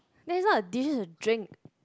that is not a dish a drink